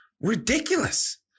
ridiculous